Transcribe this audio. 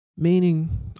meaning